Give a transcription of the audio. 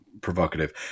provocative